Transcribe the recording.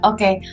Okay